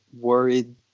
worried